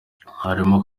harimo